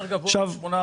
יותר גבוה ב-8%.